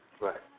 Right